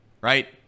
right